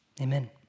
Amen